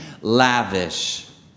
lavish